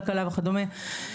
כלכלה וכדומה.